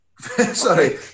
sorry